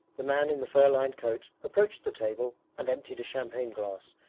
the man in the fur-lined coat approached the table and emptied a champagne glass,